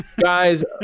guys